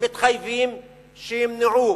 מתחייבים שימנעו